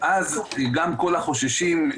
אז גם כל החוששים,